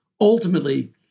Ultimately